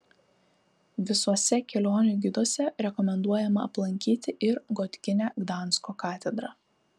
visuose kelionių giduose rekomenduojama aplankyti ir gotikinę gdansko katedrą